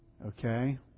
Okay